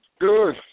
Good